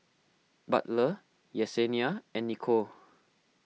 Butler Yesenia and Nichole